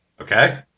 Okay